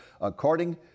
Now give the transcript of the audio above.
according